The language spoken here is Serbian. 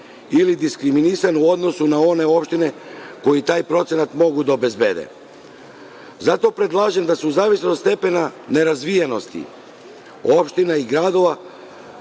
ili diskriminisane u odnosu na one opštine koje taj procenat mogu da obezbede. Zato predlažem da se, u zavisnosti od stepena nerazvijenosti opština i gradova,